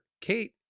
Kate